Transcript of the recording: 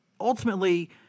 ultimately